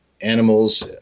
animals